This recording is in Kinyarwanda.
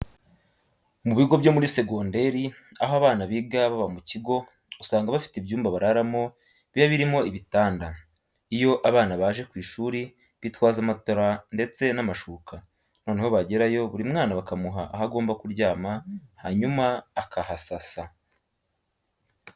Mu bigo byo muri segonderi aho abana biga baba mu kigo, usanga bafite ibyumba bararamo biba birimo ibitanda. Iyo abana baje ku ishuri bitwaza matora ndetse n'amashuka, noneho bagerayo buri mwana bakamuha aho agomba kuryama, hanyuma akahasasa.